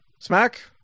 Smack